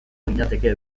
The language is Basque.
ginateke